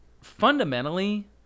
fundamentally –